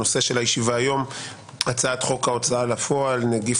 הנושא של הישיבה היום: הצעת חוק ההוצאה לפועל (נגיף